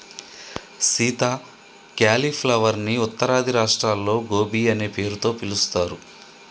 Sita cauliflower ని ఉత్తరాది రాష్ట్రాల్లో గోబీ అనే పేరుతో పిలుస్తారు